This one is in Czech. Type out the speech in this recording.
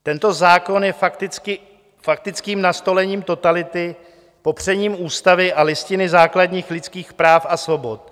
Tento zákon je faktickým nastolením totality, popřením ústavy a Listiny základních lidských práv a svobod.